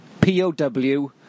P-O-W